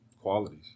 qualities